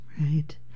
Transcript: Right